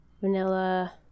vanilla